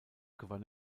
gewann